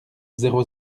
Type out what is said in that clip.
zéro